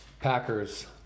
Packers